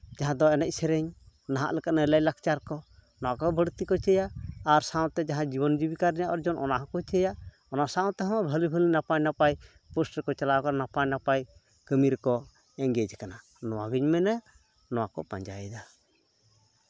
ᱡᱟᱦᱟᱸ ᱫᱚ ᱮᱱᱮᱡ ᱥᱮᱨᱮᱧ ᱱᱟᱦᱟᱜ ᱞᱮᱠᱟᱱᱟᱜ ᱞᱟᱭᱼᱞᱟᱠᱪᱟᱨ ᱠᱚ ᱱᱚᱣᱟᱠᱚ ᱵᱟᱹᱲᱛᱤ ᱠᱚ ᱪᱟᱹᱭᱟ ᱟᱨ ᱥᱟᱶᱛᱮ ᱡᱟᱦᱟᱸᱭ ᱡᱤᱵᱚᱱ ᱡᱤᱵᱤᱠᱟ ᱨᱮᱱᱟᱜ ᱚᱨᱡᱚᱱ ᱚᱱᱟ ᱦᱚᱸᱠᱚ ᱪᱟᱹᱭᱟ ᱚᱱᱟ ᱥᱟᱶ ᱛᱮᱦᱚᱸ ᱵᱷᱟᱹᱞᱤ ᱵᱷᱟᱹᱞᱤ ᱱᱟᱯᱟᱭ ᱱᱟᱯᱟᱭ ᱯᱳᱥᱴ ᱨᱮᱠᱚ ᱪᱟᱞᱟᱣ ᱠᱟᱱᱟ ᱱᱟᱯᱟᱭ ᱱᱟᱯᱟᱭ ᱠᱟᱹᱢᱤ ᱨᱮᱠᱚ ᱮᱸᱜᱮᱡᱽ ᱟᱠᱟᱱᱟ ᱱᱚᱣᱟᱜᱤᱧ ᱢᱮᱱᱟ ᱱᱚᱣᱟᱠᱚ ᱯᱟᱸᱡᱟᱭᱮᱫᱟ